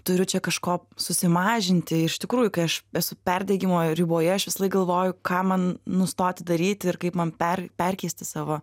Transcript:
turiu čia kažko susimažinti iš tikrųjų kai aš esu perdegimo riboje aš visąlaik galvoju ką man nustoti daryti ir kaip man per perkeisti savo